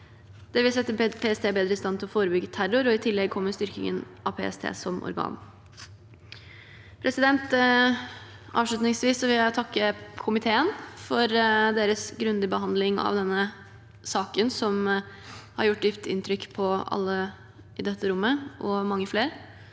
Det vil sette PST bedre i stand til å forebygge terror. I tillegg kommer styrkingen av PST som organ. Avslutningsvis vil jeg takke komiteen for deres grundige behandling av denne saken, som har gjort dypt inntrykk på alle i dette rommet, og mange flere.